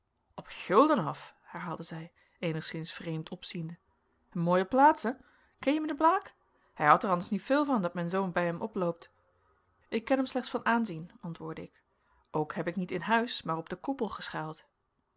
op guldenhof herhaalde zij eenigszins vreemd opziende een mooie plaats hè ken je meneer blaek hij houdt er anders niet veul van dat men zoo bij hem oploopt ik ken hem slechts van aanzien antwoordde ik ook heb ik niet in huis maar op den koepel geschuild